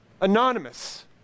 anonymous